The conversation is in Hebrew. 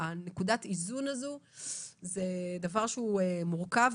ונקודת האיזון הזאת היא דבר מורכב.